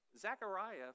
Zechariah